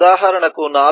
ఉదాహరణ కు 4